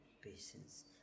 patience